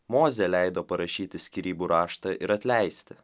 mozė leido parašyti skyrybų raštą ir atleisti